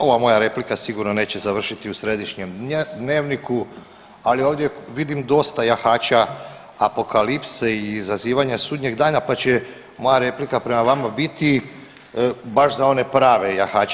Ova moja replika sigurno neće završiti u središnjem dnevniku, ali ovdje vidim dosta jahača apokalipse i izazivanja sudnjeg dana, pa će moja replika prema vama biti baš za one prave jahače.